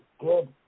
good